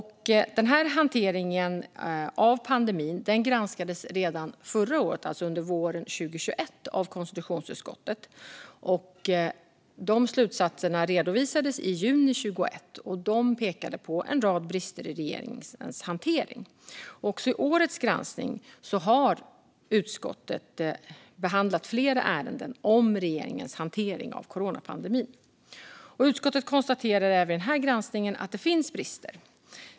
Hanteringen av pandemin granskades redan förra året, alltså under våren 2021, av konstitutionsutskottet. De slutsatserna redovisades i juni 2021, och de pekade på en rad brister i regeringens hantering. Också i årets granskning har utskottet behandlat flera ärenden om regeringens hantering av coronapandemin. Utskottet konstaterar även i den här granskningen att det finns brister.